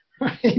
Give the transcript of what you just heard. right